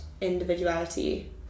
individuality